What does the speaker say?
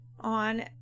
on